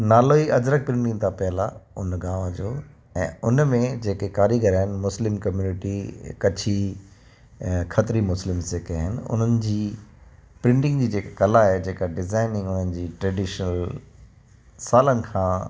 नालो ई अजरक प्रिटींग था पियल आहे हुन गांव जो ऐं हुन में जेके कारीगर आहिनि मुस्लिम कमयूनिटी कच्छी ऐं खत्री मुस्लिम्स जेके आहिनि उन्हनि जी प्रिटींग जी जेकी कला आहे जेका डिज़ाईनिंग उन्हनि जी ट्रेडीशनल सालनि खां